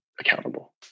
accountable